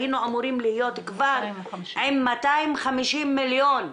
היינו אמורים להיות כבר עם 250 מיליון,